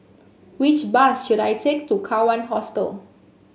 which bus should I take to Kawan Hostel